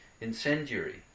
incendiary